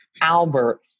Albert